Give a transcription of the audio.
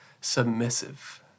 submissive